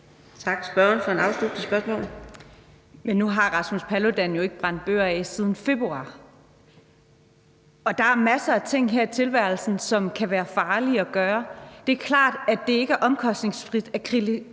spørgsmål. Kl. 14:59 Katrine Daugaard (LA): Nu har Rasmus Paludan jo ikke brændt bøger af siden februar, og der er masser af ting her i tilværelsen, som kan være farlige at gøre. Det er klart, at det ikke er omkostningsfrit at kritisere